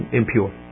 impure